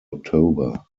october